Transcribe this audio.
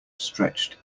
stretched